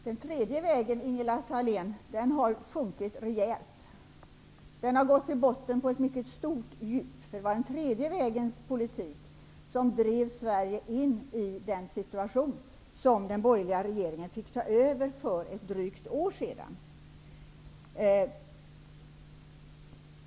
Herr talman! Den tredje vägen har sjunkit rejält, Ingela Thale n. Den har gått till botten på ett mycket stort djup. Det var den tredje vägens politik som drev Sverige in i den situation som den borgerliga regeringen fick ta över för drygt ett år sedan.